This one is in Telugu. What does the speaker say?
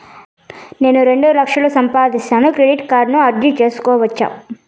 నేను రెండు లక్షలు సంపాదిస్తాను, క్రెడిట్ కార్డుకు అర్జీ సేసుకోవచ్చా?